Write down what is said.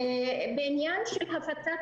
עאידה,